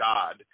God